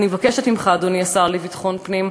אדוני השר לביטחון פנים,